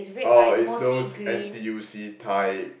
or is those N_T_U_C type